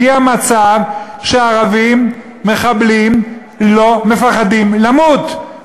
הגיע מצב שערבים מחבלים לא מפחדים למות.